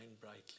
brightly